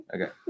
Okay